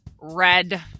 red